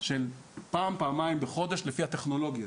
של פעם, פעמיים בחודש לפי הטכנולוגיה,